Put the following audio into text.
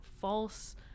false